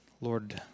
Lord